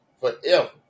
forever